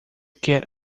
quer